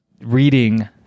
reading